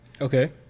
Okay